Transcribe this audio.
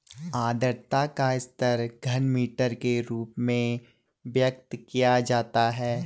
आद्रता का स्तर घनमीटर के रूप में व्यक्त किया जाता है